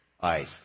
Ice